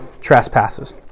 trespasses